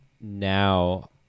now